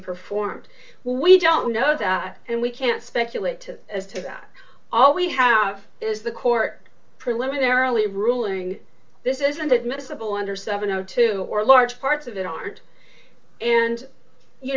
performed well we don't know that and we can't speculate to as to that all we have is the court preliminarily ruling this is and it miscible under seven o two or large parts of it aren't and you